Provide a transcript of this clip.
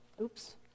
Oops